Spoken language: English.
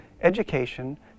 education